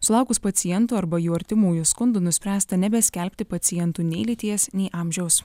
sulaukus pacientų arba jų artimųjų skundų nuspręsta nebeskelbti pacientų nei lyties nei amžiaus